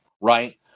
right